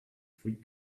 free